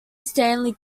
stanley